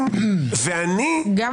תודה רבה.